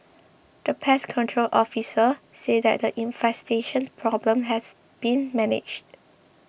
the pest control officer said that the infestation problem has been managed